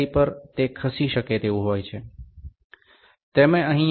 আপনি এখানে দৃঢ় কাঠামো টি দেখতে পাবেন তার দুই পাশে দুটি ক্যালিপার আছে